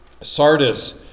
Sardis